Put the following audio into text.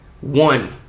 One